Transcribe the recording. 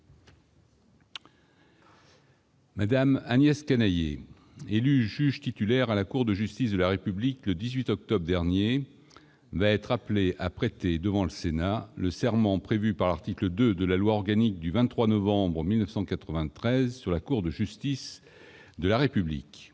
Mme Agnès Canayer, élue juge titulaire à la Cour de justice de la République le 18 octobre dernier, va être appelée à prêter, devant le Sénat, le serment prévu par l'article 2 de la loi organique du 23 novembre 1993 sur la Cour de justice de la République.